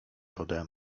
pode